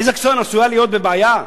איזקסון עשויה להיות בבעיה,